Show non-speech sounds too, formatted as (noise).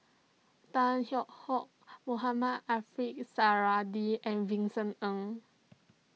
Tan Hwee Hock Mohamed (unintelligible) Suradi and Vincent Ng